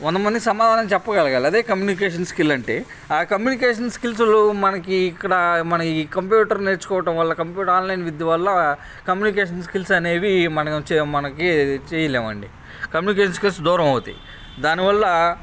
వందమందికి సమాధానం చెప్పగలగాలి అదే కమ్యూనికేషన్ స్కిల్స్ అంటే ఆ కమ్యూనికేషన్స్ స్కిల్స్లో మనకి ఇక్కడ మన ఈ కంప్యూటర్ నేర్చుకోవటం వల్ల కంప్యూటర్ ఆన్లైన్ విద్య వల్ల కమ్యూనికేషన్ స్కిల్స్ అనేవి మనం మనకి చేయలేమండి కమ్యూనికేషన్ స్కిల్స్ దూరమవుతాయి దానివల్ల